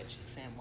Sam